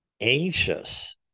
anxious